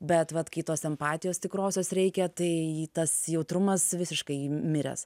bet vat kai tos empatijos tikrosios reikia tai tas jautrumas visiškai miręs